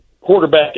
quarterback